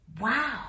Wow